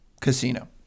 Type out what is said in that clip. casino